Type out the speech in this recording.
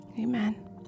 amen